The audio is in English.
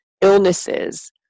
illnesses